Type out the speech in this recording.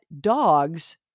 dogs